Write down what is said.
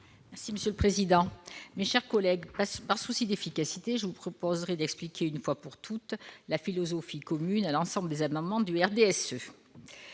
Mme Josiane Costes. Mes chers collègues, par souci d'efficacité, je vous proposerai d'expliquer une fois pour toutes la philosophie commune à l'ensemble des amendements